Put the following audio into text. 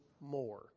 more